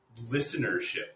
listenership